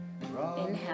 inhale